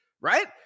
right